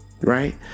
right